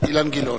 אילן גילאון.